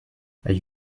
hay